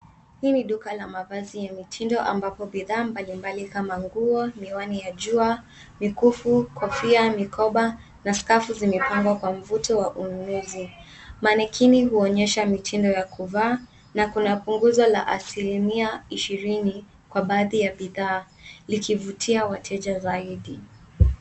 Hii ni duka la mavazi ya mitindo ambapo bidhaa mbalimbali kama nguo, miwani ya jua, mikufu, kofia, mikoba na skafu zimepangwa kwa mvuto wa ununuzi. Manequinn huonyesha mitindo ya kuvaa na kuna punguzo la asilimia ishirini kwa baadhi ya bidhaa likivutia wateja zaidi.